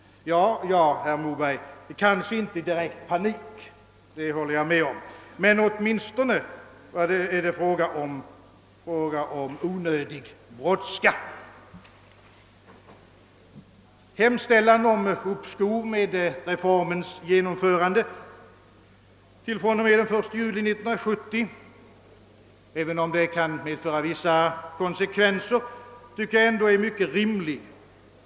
Ja, herr Moberg, kanske inte direkt i panik, det håller jag med om, men åtminstone är det fråga om onödig brådska. Hemställan om uppskov med reformens genomförande till den 1 juli 1970 tycker jag — även om det kan medföra vissa konsekvenser — är mycket rimlig.